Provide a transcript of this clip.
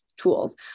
tools